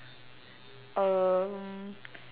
um